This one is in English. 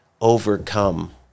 overcome